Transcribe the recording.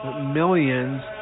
millions